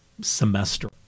semester